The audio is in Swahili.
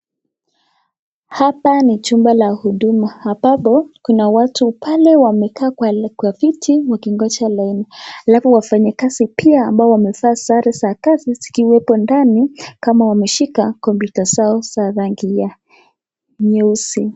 Hapa ni chumba la huduma ambapo kuna watu pale wamekaa kwa viti wakingoja laini .Alafu wafanyikazi pia ambao wamevaa sare za kazi zikiwepo ndani kama wameshika kompyuta zao za rangi ya nyeusi.